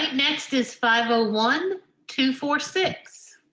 next. is five oh one two four six